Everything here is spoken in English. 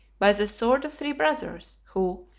by the sword of three brothers, who,